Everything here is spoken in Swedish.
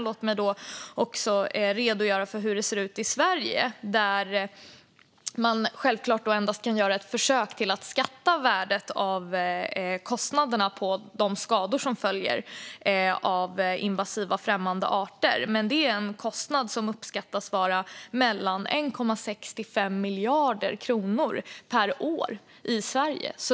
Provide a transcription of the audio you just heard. Låt mig också redogöra för hur det ser ut i Sverige. Man kan självklart endast göra ett försök att skatta värdet av kostnaderna för de skador som följer av invasiva främmande arter. Det är en kostnad som uppskattas vara 1,65 miljarder kronor per år i Sverige.